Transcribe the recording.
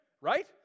right